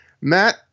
Matt